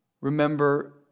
remember